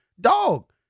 Dog